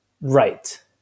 right